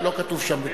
לא כתוב שם.